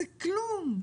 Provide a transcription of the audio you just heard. זה כלום.